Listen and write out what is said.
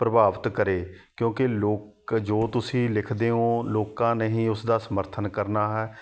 ਪ੍ਰਭਾਵਿਤ ਕਰੇ ਕਿਉਂਕਿ ਲੋਕ ਜੋ ਤੁਸੀਂ ਲਿਖਦੇ ਹੋ ਲੋਕਾਂ ਨੇ ਹੀ ਉਸਦਾ ਸਮਰਥਨ ਕਰਨਾ ਹੈ